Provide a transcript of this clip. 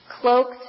cloaked